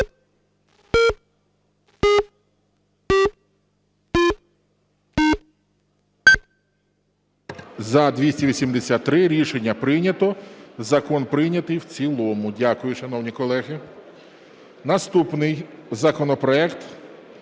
За-283 Рішення прийнято. Закон прийнятий в цілому. Дякую, шановні колеги. Наступний законопроект